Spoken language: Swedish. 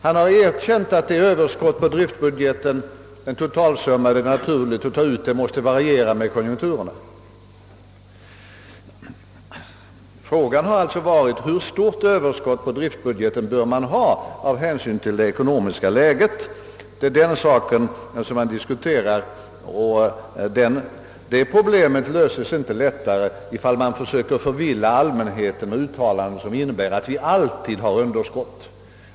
Han har erkänt att överskottet på driftbudgeten, den totalsumma som det är naturligt att ta ut, måste variera med konjunkturerna. Frågan har varit hur stort överskott på driftbudgeten man bör ha av hänsyn till det ekonomiska läget. Det är den saken man diskuterar. Och det problemet löses inte lättare om man förvillar allmänheten med uttalanden om att vi alltid har underskott.